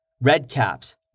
redcaps